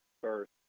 first